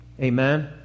Amen